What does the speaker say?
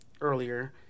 earlier